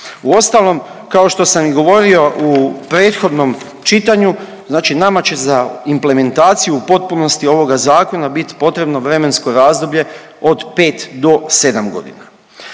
Uostalom, kao što sam i govorio u prethodnom čitanju, znači nama će za implementaciju u potpunosti ovoga zakona bit potrebno vremensko razdoblje od 5 do 7.g..